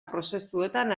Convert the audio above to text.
prozesuetan